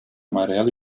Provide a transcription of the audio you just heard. amarelo